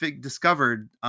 discovered